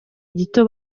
gito